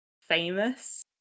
famous